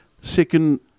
second